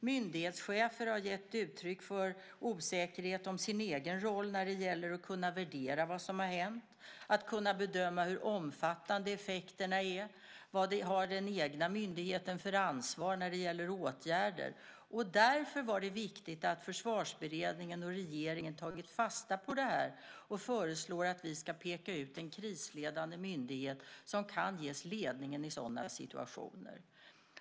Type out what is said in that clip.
Myndighetschefer har gett uttryck för osäkerhet om sin egen roll när det gäller att kunna värdera vad som har hänt, att kunna bedöma hur omfattande effekterna är och vad den egna myndigheten har för ansvar när det gäller åtgärder. Därför är det viktigt att Försvarsberedningen och regeringen har tagit fasta på det här och föreslår att vi ska peka ut en krisledande myndighet som kan ges ledningen i sådana situationer.